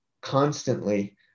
constantly